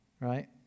Right